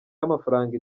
y’amafaranga